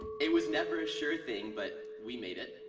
it was never a sure thing, but we made it.